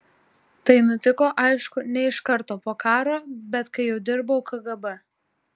tai nutiko aišku ne iš karto po karo bet kai jau dirbau kgb